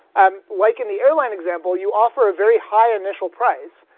um like in the airline example, you offer a very high initial price.